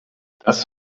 das